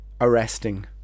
arresting